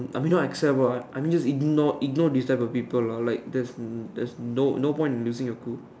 I mean not I care about I mean just ignore ignore this type of people lor like just just no point losing your cool